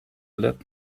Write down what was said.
let